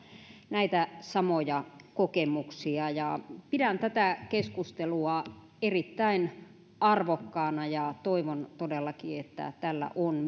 näitä samoja kokemuksia pidän tätä keskustelua erittäin arvokkaana ja toivon todellakin että tällä on